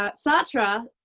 ah satra